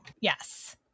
yes